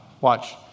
watch